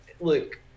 Look